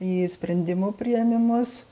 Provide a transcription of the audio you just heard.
į sprendimų priėmimus